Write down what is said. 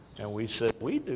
and we said, we